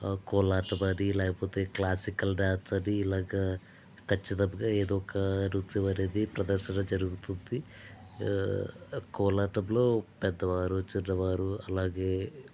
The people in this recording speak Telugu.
కోలాటం అని లేకపోతే క్లాసికల్ డ్యాన్స్ అని ఇలాగ ఖచ్చితంగా ఏదో ఒక నృత్యం అనేది ప్రదర్శన జరుగుతుంది కోలాటంలో పెద్దవారు చిన్నవారు అలాగే